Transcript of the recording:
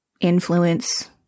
influence